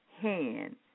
hand